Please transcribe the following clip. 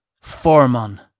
Foreman